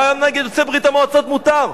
למה נגד יוצאי ברית-המועצות מותר?